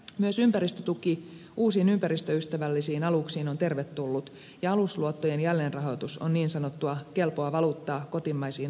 myös ympäristötuki uusiin ympäristöystävällisiin aluksiin on tervetullut ja alusluottojen jälleenrahoitus on niin sanottua kelpoa valuuttaa kotimaisiin alushankintoihin